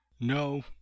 No